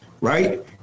right